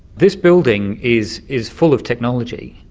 this building is is full of technology,